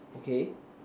okay